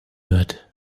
wird